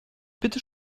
bitte